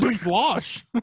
slosh